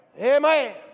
Amen